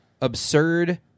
absurd